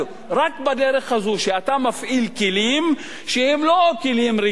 רק בדרך הזו, שאתה מפעיל כלים שהם לא כלים רגילים.